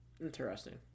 Interesting